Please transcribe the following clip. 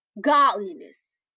Godliness